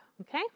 okay